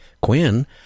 quinn